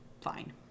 fine